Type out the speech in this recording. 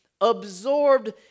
absorbed